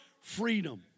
freedom